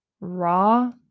raw